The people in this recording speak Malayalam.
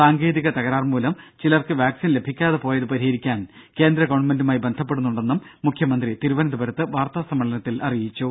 സാങ്കേതിക തകരാർമൂലം ചിലർക്ക് വാക്സിൻ ലഭിക്കാതെ പോയത് പരിഹരിക്കാൻ കേന്ദ്ര ഗവൺമെന്റുമായി ബന്ധപ്പെടുന്നുണ്ടെന്നും മുഖ്യമന്ത്രി തിരുവനന്തപുരത്ത് വാർത്താ സമ്മേളനത്തിൽ അറിയിച്ചു